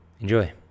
Enjoy